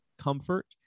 comfort